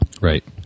Right